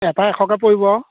এটাৰ এশকৈ পৰিব আৰু